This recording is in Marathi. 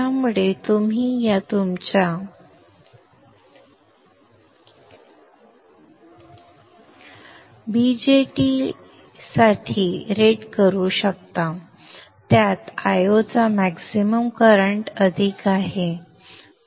त्यामुळे तुम्ही तुमच्या BJT ला यासाठी रेट करू शकता की त्यात Io चा मॅक्सिमम करंट अधिक आहे